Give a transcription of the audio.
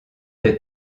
des